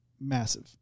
massive